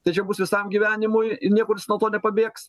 tai čia bus visam gyvenimui ir niekur jis nuo to nepabėgs